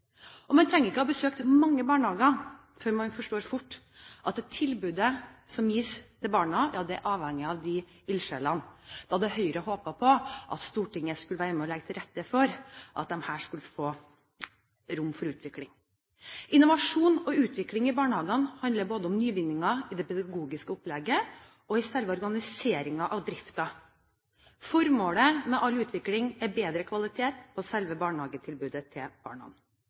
utviklingsarbeid. Man trenger ikke å ha besøkt mange barnehager før man forstår at det tilbudet som gis til barna, avhenger av disse ildsjelene. Høyre hadde håpet på at Stortinget skulle være med å legge til rette for at det her skulle bli rom for utvikling. Innovasjon og utvikling i barnehagene handler om nyvinninger både i det pedagogiske opplegget og i selve organiseringen av driften. Formålet med all utvikling er bedre kvalitet på selve barnehagetilbudet til